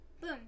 Boom